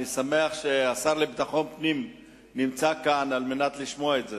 אני שמח שהשר לביטחון פנים נמצא כאן על מנת לשמוע את זה.